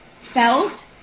felt